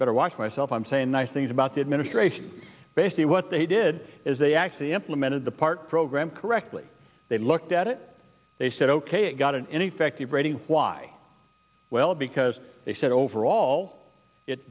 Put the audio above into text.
better watch myself i'm saying nice things about the administration basically what they did is they actually implemented the part program correctly they looked at it they said ok got an ineffective rating why well because they said overall it